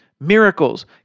miracles